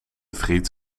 friet